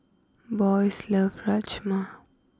Boyce loves Rajma